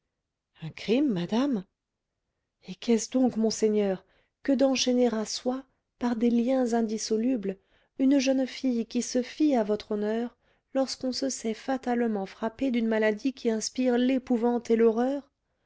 un crime madame et qu'est-ce donc monseigneur que d'enchaîner à soi par des liens indissolubles une jeune fille qui se fie à votre honneur lorsqu'on se sait fatalement frappé d'une maladie qui inspire l'épouvante et l'horreur